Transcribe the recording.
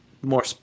more